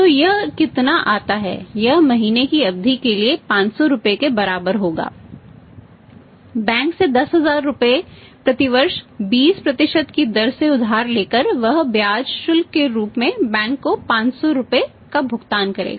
तो यह कितना आता है यह 3 महीने की अवधि के लिए 500 रुपये के बराबर होगा बैंक से 10000 रुपये प्रति वर्ष 20 की दर से उधार लेकर वह ब्याज शुल्क के रूप में बैंक को 500 रुपये का भुगतान करेगा